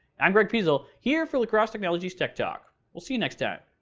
i'm greg pizl here for la crosse technology's tech talk, we'll see you next time.